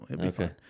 okay